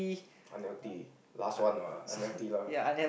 unhealthy last one what unhealthy lah